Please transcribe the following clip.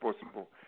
possible